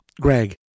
Greg